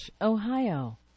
Ohio